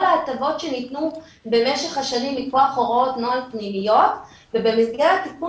ההטבות שניתנו במשך השנים מכח הוראות נוהל פנימיות ובמסגרת תיקון